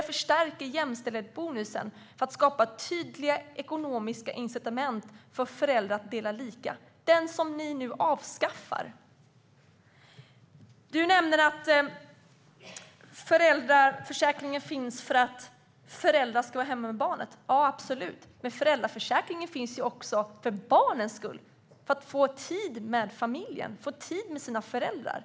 Vi förstärker jämställdhetsbonusen ytterligare för att skapa tydliga ekonomiska incitament för föräldrar att dela lika - den bonus som ni nu avskaffar. Wiwi-Anne Johansson nämner att föräldraförsäkringen finns för att föräldrar ska vara hemma med barnen. Ja, absolut. Men föräldraförsäkringen finns också för barnens skull, för att de ska få tid med familjen, få tid med sina föräldrar.